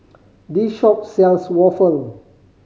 this shop sells waffle